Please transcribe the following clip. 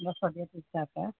ਬਸ ਵਧੀਆ ਠੀਕ ਠਾਕ ਹੈ